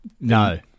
No